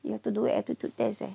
you have to do aptitude test leh